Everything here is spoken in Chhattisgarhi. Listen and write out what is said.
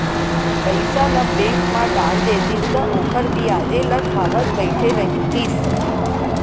पइसा ल बेंक म डाल देतिस त ओखर बियाजे ल खावत बइठे रहितिस